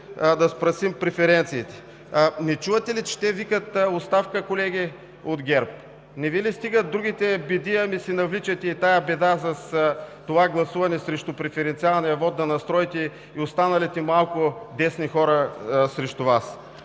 „Да спасим преференциите.“ Не чувате ли, че те викат: „Оставка!“, колеги от ГЕРБ? Не Ви ли стигат другите беди, ами си навличате и тази беда с това гласуване срещу преференциалния вот, да настроите и останалите малко десни хора срещу Вас?